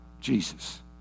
Jesus